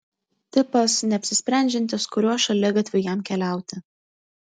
tipas neapsisprendžiantis kuriuo šaligatviu jam keliauti